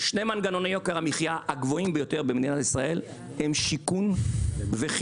שבעה ימים הם עבור מועצת הלול ורשות